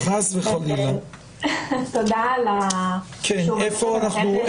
תודה על רשות הדיבור.